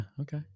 okay